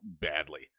badly